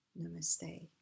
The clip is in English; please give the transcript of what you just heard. Namaste